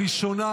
הראשונה,